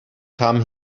come